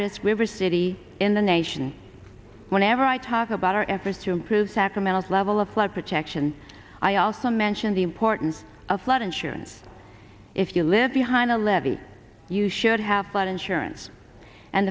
risk river city in the nation whenever i talk about our efforts to improve sacramento its level of flood protection i also mentioned the importance of flood insurance if you live behind a levee you should have flood insurance and